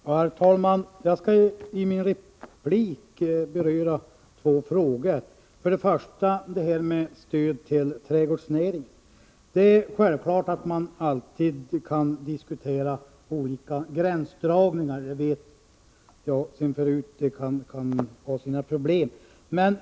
Herr talman! Jag skall i min replik beröra två frågor. För det första gäller det stödet till trädgårdsnäringen. Det är självklart att man alltid kan diskutera olika gränsdragningar. Vi vet sedan tidigare att sådana kan ha sina problem.